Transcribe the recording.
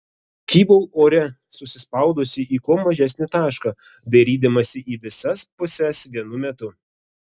kybau ore susispaudusi į kuo mažesnį tašką dairydamasi į visas puses vienu metu